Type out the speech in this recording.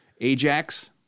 Ajax